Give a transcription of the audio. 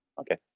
Okay